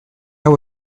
hau